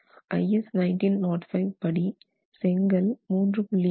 IS 1905 படி செங்கல் 3